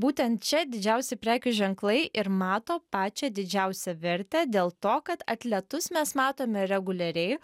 būtent čia didžiausi prekių ženklai ir mato pačią didžiausią vertę dėl to kad atletus mes matome reguliariai